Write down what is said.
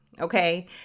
okay